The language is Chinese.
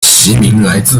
来自